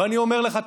ואני אומר לך,